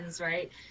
right